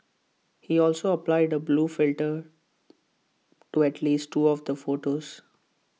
he also applied A blue filter to at least two of the photos